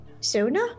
Sona